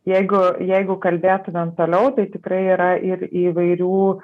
jeigu jeigu kalbėtumėm toliau tai tikrai yra ir įvairių